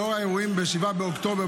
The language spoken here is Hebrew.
לאור האירועים ב-7 באוקטובר,